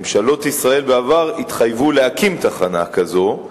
ממשלות ישראל בעבר התחייבו להקים תחנה כזו,